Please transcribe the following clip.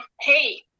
hey